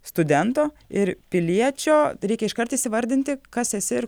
studento ir piliečio reikia iškart įsivardinti kas esi ir